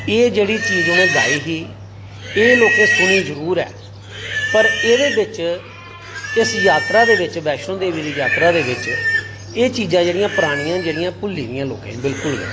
एह् जेह्ड़ी चीज उ'नें गाई ही एह् लोकें सुनी जरूर ऐ पर एह्दे बिच इस यात्रा दे बिच एह् चीजां जेह्ड़ियां परानियां जेह्ड़ियां भुल्ली गेइयां लोकें ई बिल्कुल गै